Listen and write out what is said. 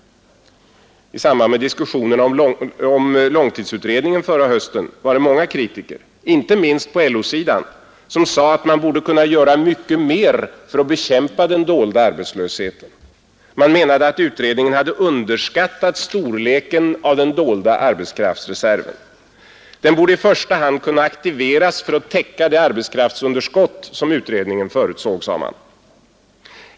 I samband med diskussionerna om långtidsutredningen förra hösten var det många kritiker — inte minst på LO-sidan — som sade att man borde kunna göra mycket mer för att bekämpa den dolda arbetslösheten. Man menade att utredningen hade underskattat storleken av den dolda arbetskraftsreserven. Den borde i första hand kunna aktiveras för att täcka det arbetskraftsunderskott som långtidsutredningen förutsåg.